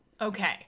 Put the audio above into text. Okay